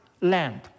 land